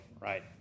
right